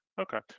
Okay